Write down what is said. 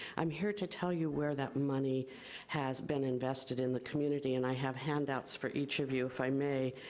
i'm here to tell you where that money has been invested in the community and i have handouts for each of you if i may,